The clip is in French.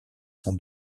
son